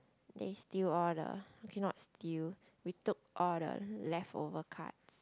then steal all the okay not steal we took all the leftover cards